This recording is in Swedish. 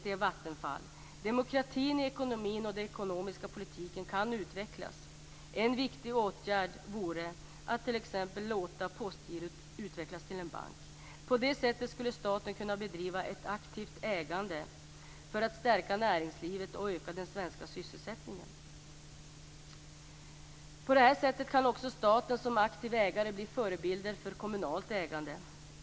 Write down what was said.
Demokratin i ekonomin och den ekonomiska politiken kan utvecklas. En viktig åtgärd vore t.ex. att låta Postgirot utvecklas till en bank. På det sättet skulle staten kunna bedriva ett aktivt ägande för att stärka näringslivet och öka den svenska sysselsättningen. På det här sättet kan också staten som aktiv ägare bli en förebild för ett kommunalt ägande.